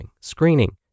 screening